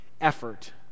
effort